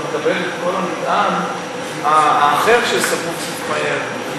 אתה מקבל את כל המטען האחר של ספרות ישראל.